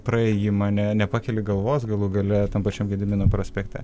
praėjimą ne nepakeli galvos galų gale tam pačiam gedimino prospekte